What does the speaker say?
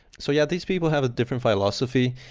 so yeah, these people have a different philosophy.